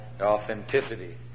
authenticity